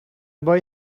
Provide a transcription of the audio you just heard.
boy